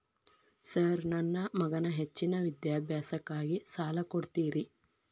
Sir ನನ್ನ ಮಗನ ಹೆಚ್ಚಿನ ವಿದ್ಯಾಭ್ಯಾಸಕ್ಕಾಗಿ ಸಾಲ ಕೊಡ್ತಿರಿ?